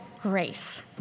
grace